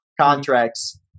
contracts